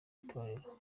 itorero